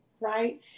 Right